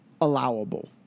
allowable